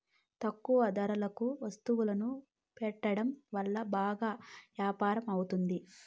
తక్కువ ధరలకు వత్తువులను పెట్టడం వల్ల బాగా యాపారం అవుతాది